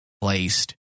placed